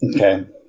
Okay